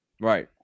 Right